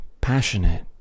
passionate